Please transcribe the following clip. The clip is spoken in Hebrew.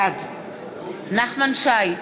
בעד נחמן שי,